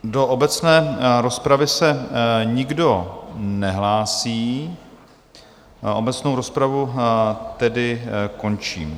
Do obecné rozpravy se nikdo nehlásí, obecnou rozpravu tedy končím.